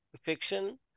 fiction